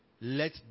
let